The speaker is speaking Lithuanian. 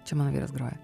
čia mano vyras groja